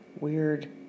weird